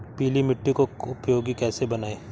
पीली मिट्टी को उपयोगी कैसे बनाएँ?